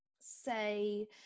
say